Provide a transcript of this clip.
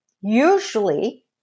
usually